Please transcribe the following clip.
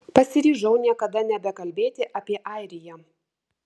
pasiryžau niekada nebekalbėti apie airiją